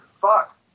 Fuck